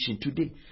today